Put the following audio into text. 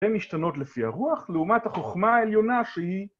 ‫הן משתנות לפי הרוח, ‫לעומת החוכמה העליונה שהיא...